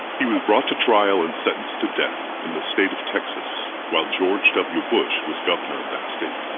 he was brought to trial and sentenced to death in the state of texas, while george w. bush was governor of that state.